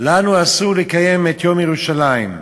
לנו אסור לקיים את יום ירושלים.